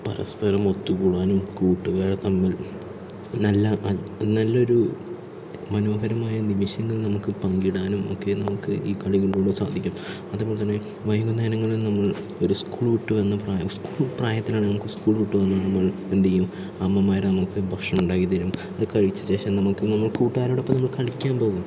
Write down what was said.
പരസ്പരം ഒത്തുകൂടാനും കൂട്ടുകാർ തമ്മിൽ നല്ല നല്ലൊരു മനോഹരമായ നിമിഷങ്ങൾ നമുക്ക് പങ്കിടാനും ഒക്കെ നമുക്ക് ഈ കളികളിലൂടെ സാധിക്കും അതുപോലെത്തന്നെ വൈകുന്നേരങ്ങളിൽ നമ്മൾ ഒരു സ്കൂൾ വിട്ടു വന്ന പ്രായം സ്കൂൾ പ്രായത്തിലാണെങ്കിൽ സ്കൂൾ വിട്ട് വന്ന് നമ്മൾ എന്തു ചെയ്യും അമ്മമാർ നമുക്ക് ഭക്ഷണം ഉണ്ടാക്കിത്തരും അത് കഴിച്ച ശേഷം നമുക്ക് നമ്മുടെ കൂട്ടുകാരോടൊപ്പം നമ്മൾ കളിക്കാൻ പോവും